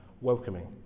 welcoming